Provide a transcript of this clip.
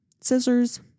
scissors